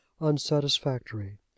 unsatisfactory